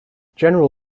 general